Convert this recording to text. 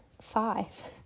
five